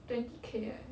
twenty K eh